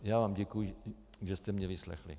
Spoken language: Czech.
Já vám děkuji, že jste mě vyslechli.